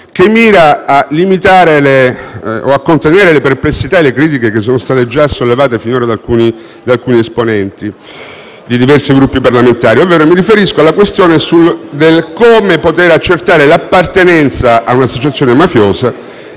volto a limitare o contenere le perplessità e le critiche già sollevate da alcuni esponenti di diversi Gruppi parlamentari. Mi riferisco alle questioni del come poter accertare l'appartenenza a un'associazione mafiosa